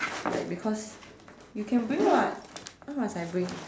like because you can bring [what] why must I bring